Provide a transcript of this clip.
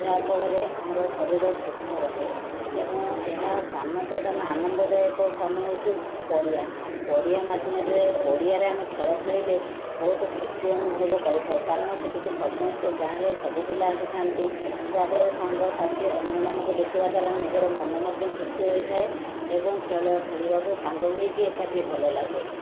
ଯାହାଫଳରେ ଆମର ଶରୀର ସୁସ୍ଥ ରୁହେ ଏବଂ ଏହା ସ୍ଥାନ ପ୍ରଦାନ ଆନନ୍ଦଦାୟକ ସ୍ଥାନ ହେଉଛି ପଡ଼ିଆ ପଡ଼ିଆ ମାଧ୍ୟରେ ପଡ଼ିଆରେ ଆମେ ଖେଳ ଖେଳିଲେ ବହୁତ ଖୁସି ଅନୁଭବ କରିଥାଉ କାରଣ ସେଠିକି ସମସ୍ତ ଗାଁର ସବୁ ପିଲା ଆସିଥାନ୍ତି ଯାହାଫଳରେ ସାଙ୍ଗସାଥି ଅନ୍ୟମାନଙ୍କୁ ଦେଖିବା ଦ୍ଵାରା ନିଜର ମନ ମଧ୍ୟ ଖୁସି ହୋଇଥାଏ ଏବଂ ଖେଳ ଖେଳିବାକୁ ସାଙ୍ଗ ହୋଇକି ଏକାଠି ଭଲ ଲାଗେ